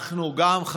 אנחנו גם,